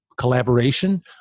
collaboration